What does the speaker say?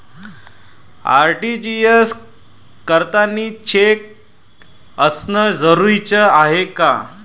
RTGS करतांनी cheque असनं जरुरीच हाय का?